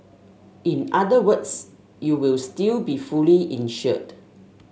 in other words you will still be fully insured